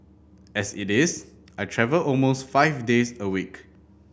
as it is I travel almost five days a week